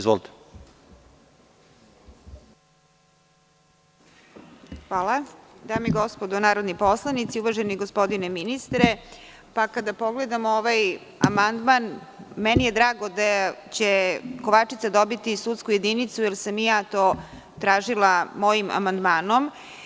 Dame i gospodo narodni poslanici, uvaženi gospodine ministre, kada pogledamo ovaj amandman, drago mi je da će Kovačica dobiti sudsku jedinicu, jer sam to tražila mojim amandmanom.